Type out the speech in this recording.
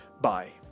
Bye